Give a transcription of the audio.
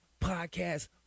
podcast